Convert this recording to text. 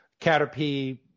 Caterpie